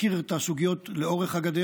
מכיר את הסוגיות לאורך הגדר.